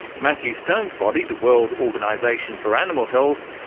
mathew stone's body, the world organisation for animal health,